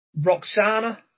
Roxana